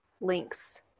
links